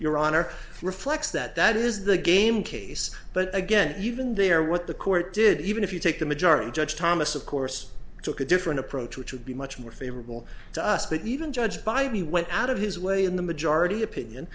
your honor reflects that that is the game case but again even there what the court did even if you take the majority judge thomas of course took a different approach which would be much more favorable to us but even judge by we went out of his way in the majority opinion